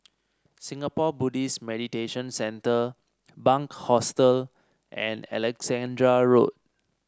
Singapore Buddhist Meditation Centre Bunc Hostel and Alexandra Road